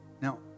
Now